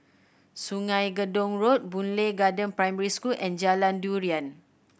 Sungei Gedong Road Boon Lay Garden Primary School and Jalan Durian